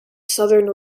southern